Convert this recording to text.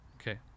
Okay